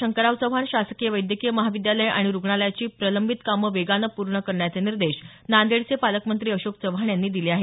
शंकरराव चव्हाण शासकीय वैद्यकीय महाविद्यालय आणि रुग्णालयाची प्रलंबित कामं वेगानं पूर्ण करण्याचे निर्देश नांदेडचे पालकमंत्री अशोक चव्हाण यांनी दिले आहेत